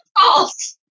false